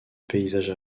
paysage